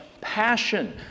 passion